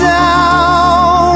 down